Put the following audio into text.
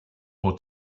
more